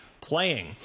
playing